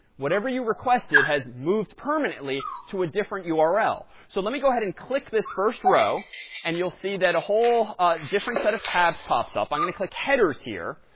whatever you requested has moved permanently to a different ah url. so let me go ahead and click this first row and you'll see that a whole different set of tabs pops up. i'm going to click headers here.